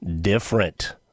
different